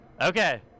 Okay